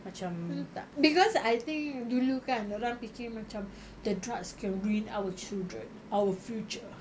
entah because I think dulu kan dia orang fikir macam the drugs can ruin our children our future